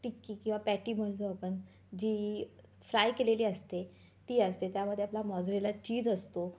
टिक्की किंवा पॅटी म्हणतो आपण जी फ्राय केलेली असते ती असते त्यामध्ये आपला मॉजरेला चीज असतो